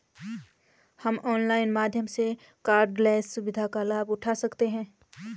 हम ऑनलाइन माध्यम से कॉर्डलेस सुविधा का लाभ उठा सकते हैं